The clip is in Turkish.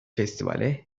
festivale